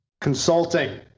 consulting